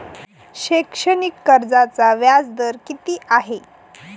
शैक्षणिक कर्जाचा व्याजदर किती आहे?